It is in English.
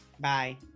Bye